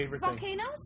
volcanoes